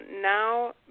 now